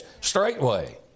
straightway